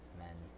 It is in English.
men